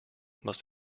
must